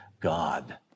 God